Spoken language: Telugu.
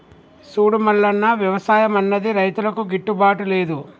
సూడు మల్లన్న, వ్యవసాయం అన్నది రైతులకు గిట్టుబాటు లేదు